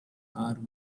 are